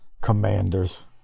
Commanders